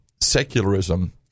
secularism